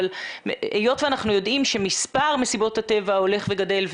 אבל היות ואנחנו יודעים שמספר מסיבות הטבע הולך וגדל,